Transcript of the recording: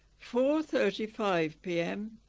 four thirty five p m.